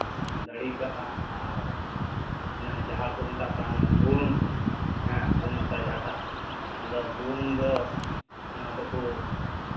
ᱫᱟᱹᱲᱦᱤ ᱠᱟᱜᱼᱟ ᱟᱨ ᱚᱱᱮ ᱡᱟᱦᱟᱸ ᱠᱚ ᱢᱮᱛᱟᱜ ᱠᱟᱱ ᱵᱷᱩᱣᱟᱹᱝ ᱦᱮᱸ ᱵᱷᱩᱣᱟᱹᱝ ᱡᱟᱦᱟᱸᱴᱟᱜ ᱚᱱᱟ ᱫᱚ ᱵᱷᱩᱣᱟᱹᱝ ᱫᱚ ᱚᱱᱟ ᱫᱚᱠᱚ